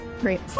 Great